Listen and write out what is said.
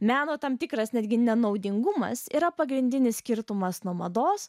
meno tam tikras netgi nenaudingumas yra pagrindinis skirtumas nuo mados